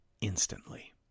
instantly